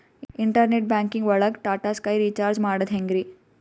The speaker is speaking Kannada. ಇಂಟರ್ನೆಟ್ ಬ್ಯಾಂಕಿಂಗ್ ಒಳಗ್ ಟಾಟಾ ಸ್ಕೈ ರೀಚಾರ್ಜ್ ಮಾಡದ್ ಹೆಂಗ್ರೀ?